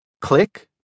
Click